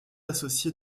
associé